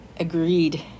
agreed